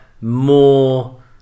more